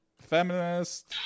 feminist